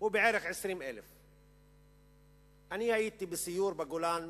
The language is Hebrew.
הוא בערך 20,000. הייתי בסיור בגולן